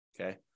Okay